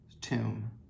tomb